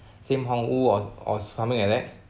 sim hang wu or or something like that